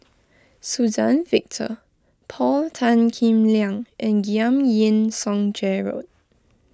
Suzann Victor Paul Tan Kim Liang and Giam Yean Song Gerald